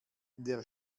der